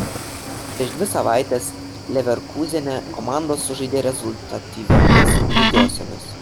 prieš dvi savaites leverkūzene komandos sužaidė rezultatyviomis lygiosiomis